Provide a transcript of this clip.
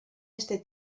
este